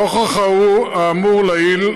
נוכח האמור לעיל,